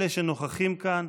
אלה שנוכחים כאן,